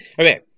Okay